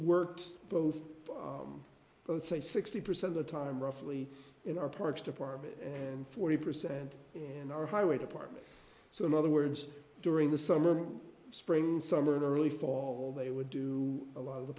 works both both say sixty percent of time roughly in our parks department and forty percent in our highway department so in other words during the summer spring summer and early fall they would do a lot of the